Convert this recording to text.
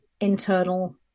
internal